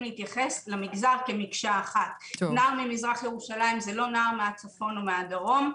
להתייחס למגזר כמקשה אחת נער ממזרח ירושלים זה לא נער מהצפון או מהדרום,